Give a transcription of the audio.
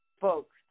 folks